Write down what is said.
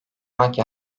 anki